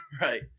right